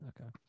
Okay